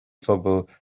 phobail